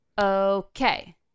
Okay